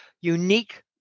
unique